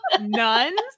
nuns